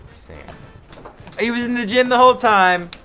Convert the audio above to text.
saying. he was in the gym the whole time!